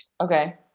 Okay